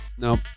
No